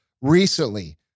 recently